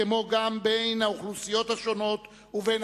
כמו גם בין האוכלוסיות השונות ובין